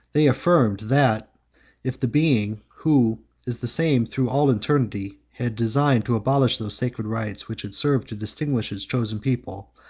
they affirmed, that if the being, who is the same through all eternity, had designed to abolish those sacred rites which had served to distinguish his chosen people,